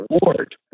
reward